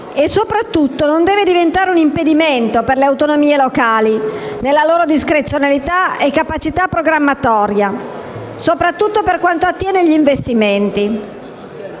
e, soprattutto, non deve diventare un impedimento per le autonomie locali, nella loro discrezionalità e capacità programmatoria, soprattutto per quanto attiene agli investimenti.